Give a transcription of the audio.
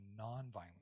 nonviolent